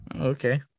Okay